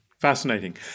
fascinating